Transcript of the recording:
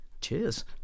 cheers